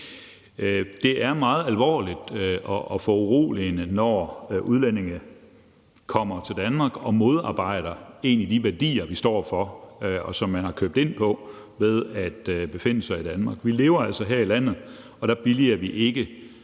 Det er meget alvorligt og foruroligende, når udlændinge kommer til Danmark og modarbejder de værdier, vi står for, og som man har købt ind på ved at befinde sig i Danmark. Vi lever altså her i landet, og der billiger vi ikke